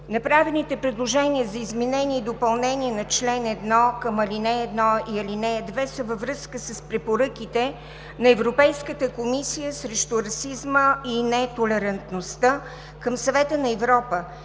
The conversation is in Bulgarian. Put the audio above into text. Направените предложения за изменение и допълнение на чл. 1 към ал. 1 и ал. 2 са във връзка с препоръките на Европейската комисия срещу расизма и нетолерантността към Съвета на Европа